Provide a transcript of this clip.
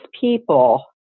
people